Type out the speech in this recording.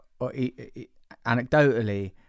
anecdotally